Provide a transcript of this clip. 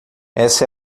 essa